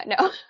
No